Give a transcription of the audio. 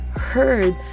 heard